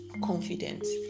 confidence